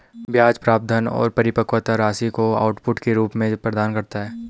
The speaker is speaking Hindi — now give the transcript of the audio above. ब्याज प्राप्त धन और परिपक्वता राशि को आउटपुट के रूप में प्रदान करता है